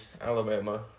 Alabama